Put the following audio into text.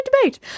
debate